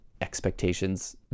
expectations